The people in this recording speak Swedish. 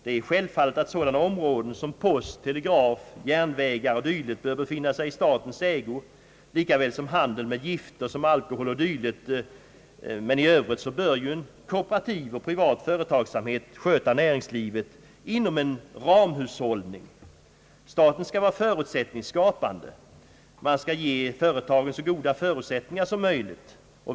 Det är självfallet att sådana områden som post, telegraf, järnvägar o. d. bör befinna sig i statens ägo likaväl som handeln med gifter såsom alkohol o. d., men i övrigt bör kooperativ och privat företagsamhet sköta näringslivet inom en ramhushållning. Staten skall vara förutsättningsskapande. Man skall ge företagen så goda förutsättningar som möjligt.